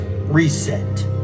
reset